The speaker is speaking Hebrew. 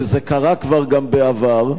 וזה קרה כבר גם בעבר,